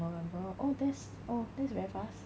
november oh that's oh that's very fast